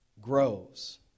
grows